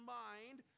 mind